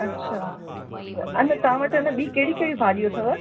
अच्छा अञा तव्हां वटि न बि कहिड़ी कहिड़ी भाॼियूं अथव